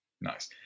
nice